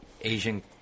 Asian